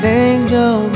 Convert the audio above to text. angel